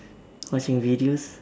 watching videos